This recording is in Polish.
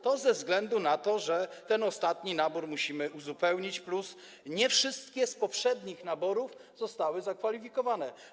To ze względu na to, że ten ostatni nabór musimy uzupełnić plus nie wszystkie z poprzednich naborów zostały zakwalifikowane.